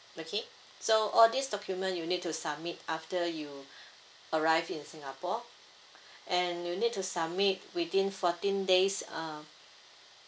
okay so all this document you need to submit after you arrive in singapore and you need to submit within fourteen days uh